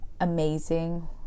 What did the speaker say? amazing